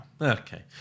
Okay